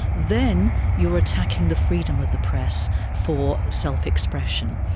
then you're attacking the freedom of the press for self-expression.